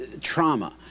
Trauma